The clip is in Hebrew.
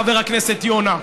חבר הכנסת יונה,